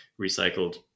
recycled